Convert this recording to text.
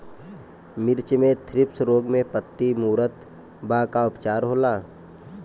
मिर्च मे थ्रिप्स रोग से पत्ती मूरत बा का उपचार होला?